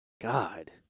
God